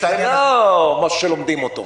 זה לא משהו שלומדים אותו.